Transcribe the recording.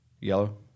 Yellow